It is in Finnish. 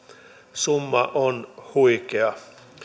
summa on huikea